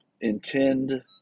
intend